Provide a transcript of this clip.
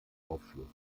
aufschluss